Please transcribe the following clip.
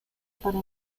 para